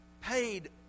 paid